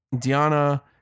Diana